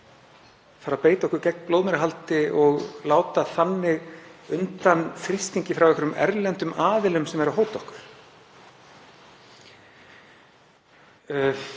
að fara að beita okkur gegn blóðmerahaldi og láta þannig undan þrýstingi frá einhverjum erlendum aðilum sem eru að hóta okkur.